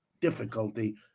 difficulty